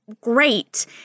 great